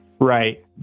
Right